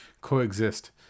coexist